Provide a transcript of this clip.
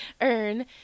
earn